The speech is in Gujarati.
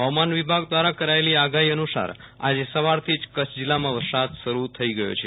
હવામાન વિભાગ દ્વારા કરાયેલી આગાહી અન્રસાર આજે સવારથી જ કચ્છ જિલ્લામાં વરસાદ શરૂ થઈ ગયો છે